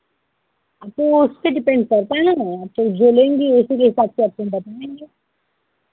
तो उसपे डिपेंड करता है ना तो जो लेंगी उसी के हिसाब से आपको हम बताएँगे